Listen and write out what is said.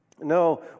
No